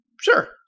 Sure